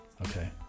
Okay